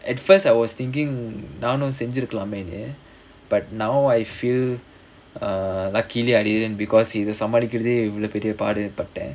at first I was thinking நானும் செஞ்சுருக்கலாமேன்னு:naanum senjirukkalaamaenu but now I feel uh luckily I didn't because இத சமாளிக்கறதே இவ்ளோ பாடு பட்டேன்:itha samaalikkarathae ivlo paadu pattaen